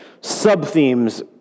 Sub-themes